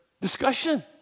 discussion